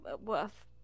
worth